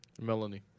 Melanie